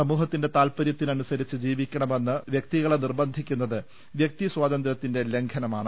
സമൂഹത്തിന്റെ താൽപ്പര്യത്തിനനുസരിച്ച് ജീവിക്കണമെന്ന് വ്യക്തികളെ നിർബന്ധിക്കുന്നത് വ്യക്തിസ്വാതന്ത്ര്യത്തിന്റെ ലംഘനമാണ്